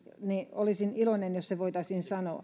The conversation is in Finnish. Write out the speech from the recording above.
olisin iloinen jos se voitaisiin sanoa